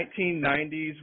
1990s